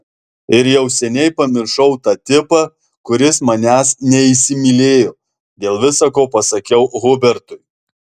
ir jau seniai pamiršau tą tipą kuris manęs neįsimylėjo dėl visa ko pasakiau hubertui